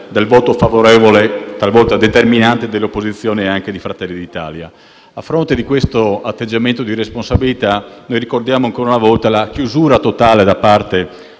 dal voto favorevole, talvolta determinante, delle opposizioni e quindi anche di Fratelli d'Italia. A fronte di questo atteggiamento di responsabilità, le ricordiamo ancora una volta la chiusura totale da parte